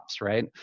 right